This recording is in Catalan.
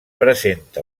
presenta